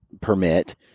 permit